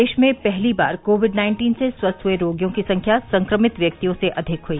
देश में पहली बार कोविड नाइन्टीन से स्वस्थ हुए रोगियों की संख्या संक्रमित व्यक्तियों से अधिक हुई